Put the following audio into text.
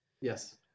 Yes